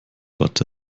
watte